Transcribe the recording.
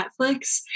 Netflix